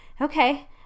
okay